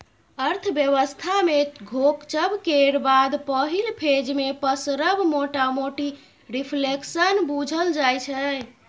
अर्थव्यवस्था मे घोकचब केर बाद पहिल फेज मे पसरब मोटामोटी रिफ्लेशन बुझल जाइ छै